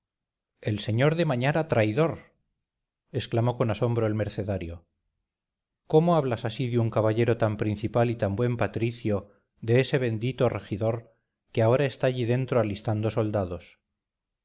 el sr de mañara traidor exclamó con asombro el mercenario cómo hablas así de un caballero tan principal y tan buen patricio de ese bendito regidor que ahora está allí dentro alistando soldados